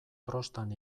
trostan